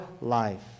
life